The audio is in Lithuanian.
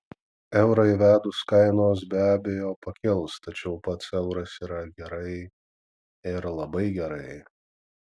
eurą įvedus kainos be abejo pakils tačiau pats euras yra gerai ir labai gerai